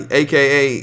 aka